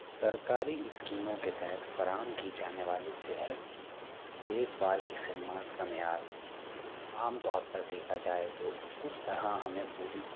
سرکاری اسکیموں کے تحت فراہم کی جانے والی صحت کی دیکھ بھال کے خدمات کا معیار عام طور پر دیکھا جائے تو اس طرح ہمیں پوری